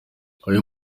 ayo